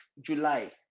July